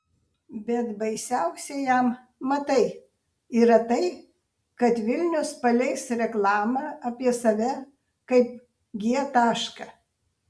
bet baisiausia jam matai yra tai kad vilnius paleis reklamą apie save kaip g tašką